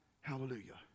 Hallelujah